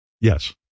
Yes